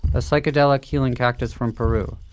a psychedelic healing cactus from peru.